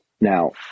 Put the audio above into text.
Now